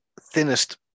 thinnest